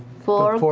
four four